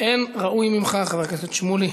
אין ראוי ממך, חבר הכנסת שמולי.